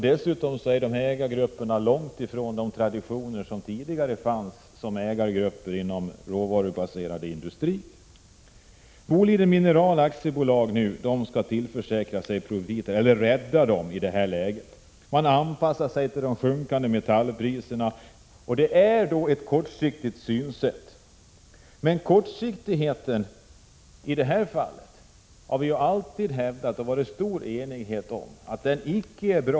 Dessutom står den här ägargruppen fjärran från de traditioner som funnits inom den råvarubaserade industrin. Boliden Mineral AB skall nu tillförsäkra sig profiter, och i det läget skall man rädda företaget. Man har därför anpassat sig till de sjunkande metallpriserna. Jag tycker dock att det är att se det hela kortsiktigt. Men vi har alltid hävdat, och därom har det rått stor enighet, att sådan här kortsiktighet icke är bra.